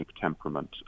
temperament